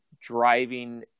driving